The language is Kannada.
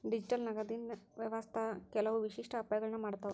ಡಿಜಿಟಲ್ ನಗದಿನ್ ವ್ಯವಸ್ಥಾ ಕೆಲವು ವಿಶಿಷ್ಟ ಅಪಾಯಗಳನ್ನ ಮಾಡತಾವ